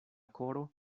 koro